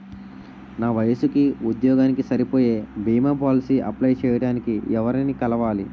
నా వయసుకి, ఉద్యోగానికి సరిపోయే భీమా పోలసీ అప్లయ్ చేయటానికి ఎవరిని కలవాలి?